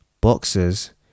boxes